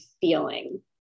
feeling